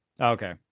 Okay